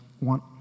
want